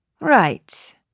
Right